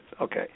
Okay